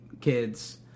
kids